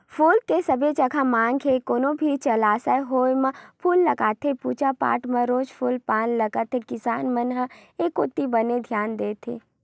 फूल के सबे जघा मांग हे कोनो भी जलसा होय म फूल लगथे पूजा पाठ म रोज फूल पान लगत हे किसान मन ह ए कोती बने धियान देत हे